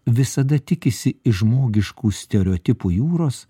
visada tikisi iš žmogiškų stereotipų jūros